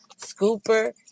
scooper